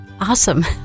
Awesome